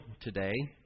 today